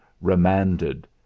remanded